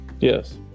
Yes